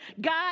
God